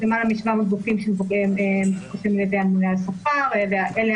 למעלה מ-700 גופים שמפוקחים על-ידי הממונה על השכר ואלה